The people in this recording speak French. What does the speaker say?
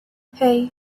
hey